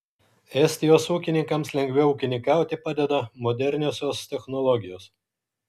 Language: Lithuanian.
estijos ūkininkams lengviau ūkininkauti padeda moderniosios technologijos